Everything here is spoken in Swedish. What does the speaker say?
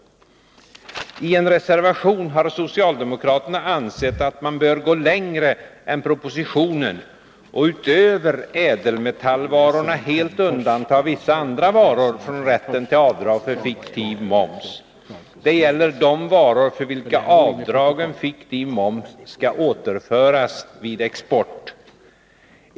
I en reservation har socialdemokraterna ansett att man bör gå längre än propositionen och utöver ädelmetallvarorna helt undanta vissa andra varor från rätt till avdrag för fiktiv moms. Det gäller de varor för vilka avdrag för fiktiv moms skall återföras vid export.